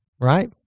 Right